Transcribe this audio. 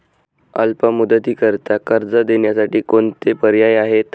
अल्प मुदतीकरीता कर्ज देण्यासाठी कोणते पर्याय आहेत?